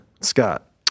Scott